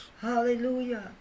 hallelujah